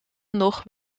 nog